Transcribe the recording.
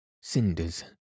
cinders